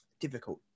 difficult